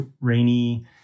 rainy